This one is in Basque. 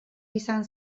izan